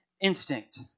instinct